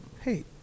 hey